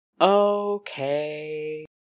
Okay